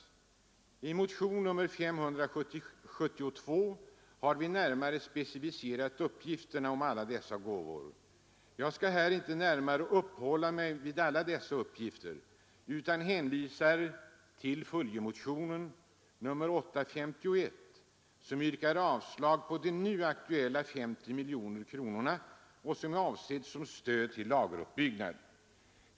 I motionen 572 har vi närmare specificerat uppgifterna om alla dessa gåvor. Jag skall inte här uppehålla mig vid dessa uppgifter utan hänvisar till följdmotionen 851 vari vi yrkar avslag på de nu aktuella 50 miljoner kronorna för stöd till lageruppbyggnad.